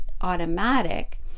automatic